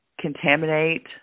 contaminate